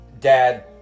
Dad